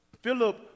Philip